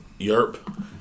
Yerp